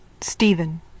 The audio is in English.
stephen